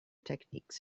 techniques